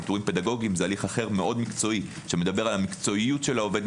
פיטורים פדגוגיים זה הליך אחר מאוד מקצועי שמדבר על המקצועיות של העובד,